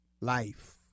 Life